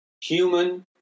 human